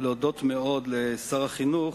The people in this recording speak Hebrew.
להודות מאוד לשר החינוך,